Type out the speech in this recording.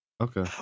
Okay